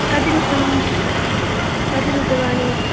कति रूप्यकम् कति रूप्यकाणि